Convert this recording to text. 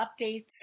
updates